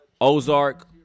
Ozark